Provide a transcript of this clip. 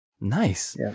Nice